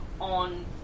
on